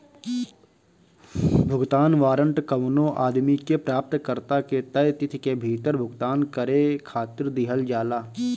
भुगतान वारंट कवनो आदमी के प्राप्तकर्ता के तय तिथि के भीतर भुगतान करे खातिर दिहल जाला